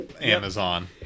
Amazon